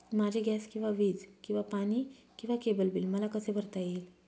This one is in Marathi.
माझे गॅस किंवा वीज किंवा पाणी किंवा केबल बिल मला कसे भरता येईल?